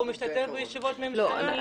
והוא משתתף בישיבות הממשלה.